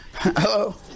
Hello